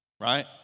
right